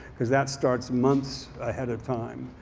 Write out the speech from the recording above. because that starts months ahead of time.